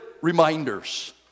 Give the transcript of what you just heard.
reminders